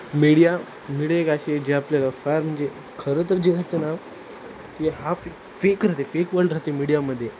media media एक अशी जे आपल्याला फार म्हणजे खरं तर जे राहते ना ते हा फक्त फेक राहते फेक वर्ल्ड राहते मीडियामध्ये